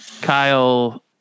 Kyle